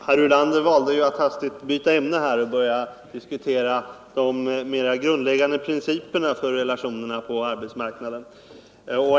Herr talman! Herr Ulander valde att hastigt byta ämne och började diskutera de mera grundläggande principerna för relationerna på arbetsmarknaden.